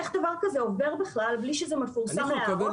איך דבר כזה עובר בכלל מבלי שזה מפורסם להערות